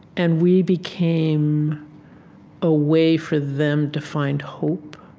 and we became a way for them to find hope,